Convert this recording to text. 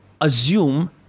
assume